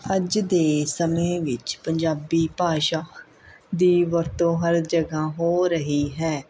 ਅੱਜ ਦੇ ਸਮੇਂ ਵਿੱਚ ਪੰਜਾਬੀ ਭਾਸ਼ਾ ਦੀ ਵਰਤੋਂ ਹਰ ਜਗ੍ਹਾ ਹੋ ਰਹੀ ਹੈ